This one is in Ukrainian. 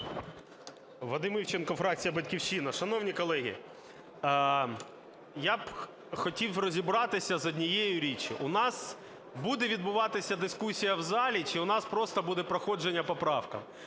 Вадим Івченко, фракція "Батьківщина". Шановні колеги, я б хотів розібратися з однією річчю. У нас буде відбуватися дискусія в залі чи у нас буде проходження по правкам?